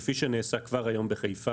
כפי שנעשה כבר היום בחיפה,